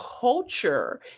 culture